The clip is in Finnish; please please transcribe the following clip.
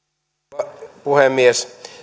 arvoisa rouva puhemies